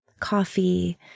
coffee